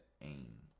aim